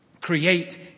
Create